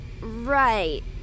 Right